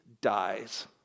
dies